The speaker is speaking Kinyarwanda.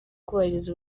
kubahiriza